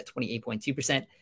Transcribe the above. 28.2%